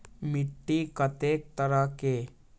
मिट्टी कतेक तरह के?